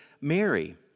Mary